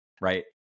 right